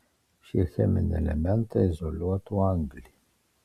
šie cheminiai elementai izoliuotų anglį